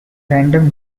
random